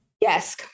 yes